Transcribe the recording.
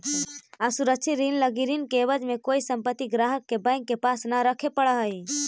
असुरक्षित ऋण लगी ऋण के एवज में कोई संपत्ति ग्राहक के बैंक के पास न रखे पड़ऽ हइ